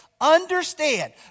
Understand